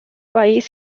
país